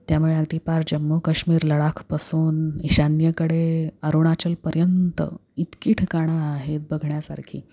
त्यामुळे अगदी पार जम्मू काश्मीर लडाखपासून इशान्येकडे अरुणाचलपर्यंत इतकी ठिकाणं आहेत बघण्यासारखी